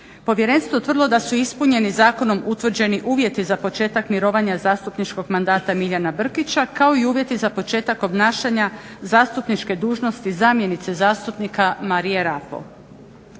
Povjerenstvo je utvrdilo da su ispunjeni zakonom utvrđeni uvjeti za početak mirovanja zastupničkog mandata Milijana Brkića, kao i uvjeti za početak obnašanja zastupničke dužnosti zamjenice zastupnika Marije Rapo.